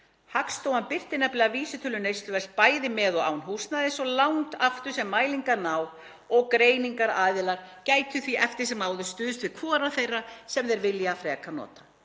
„Hagstofan birtir nefnilega vísitölu neysluverðs bæði með og án húsnæðis svo langt aftur sem mælingar ná og greiningaraðilar gætu því eftir sem áður stuðst við hvora þeirra sem þeir vilja frekar nota.